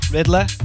Riddler